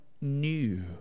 new